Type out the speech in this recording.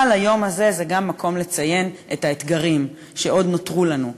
אבל היום זה גם מקום לציין את האתגרים שעוד נותרו לנו.